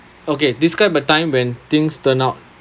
okay describe a time when things turn out